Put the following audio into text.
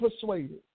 persuaded